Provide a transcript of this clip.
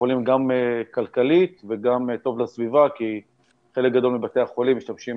חולים גם כלכלית וגם טוב לסביבה כי חלק גדול מבתי החולים משתמשים